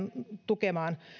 tukemaan